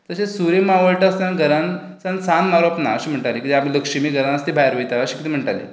तशेंच सुर्य मावळटा आसतना घरान सान सान्न मारप ना अशें म्हणटालीं किद्याक लक्ष्मी घरांत आसा ती भायर वयता अशें म्हणटालीं